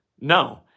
No